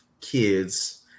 kids